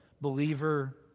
believer